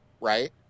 right